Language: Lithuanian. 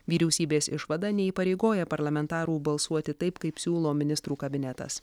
vyriausybės išvada neįpareigoja parlamentarų balsuoti taip kaip siūlo ministrų kabinetas